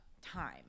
time